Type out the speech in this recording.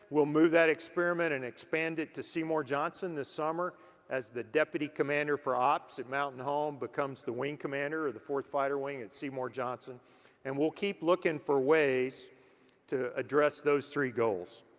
we'll move that experiment and expand it to seymour johnson this summer as the deputy commander for ops at mountain home becomes the wing commander of the fourth fighter wing at seymour johnson and we'll keep looking for ways to address those three goals.